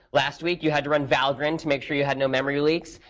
last week, you had run valgrind, to make sure you had no memory leaks.